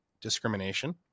discrimination